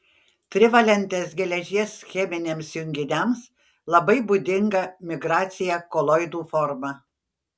trivalentės geležies cheminiams junginiams labai būdinga migracija koloidų forma